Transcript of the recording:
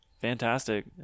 fantastic